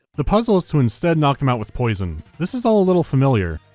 the puzzle is to instead knock them out with poison. this is all a little familiar.